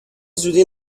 زودی